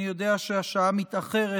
אני יודע שהשעה מתאחרת,